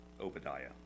Obadiah